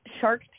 shark